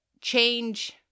change –